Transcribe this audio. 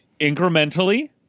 incrementally